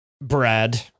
Brad